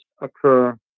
occur